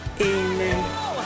Amen